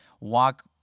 walk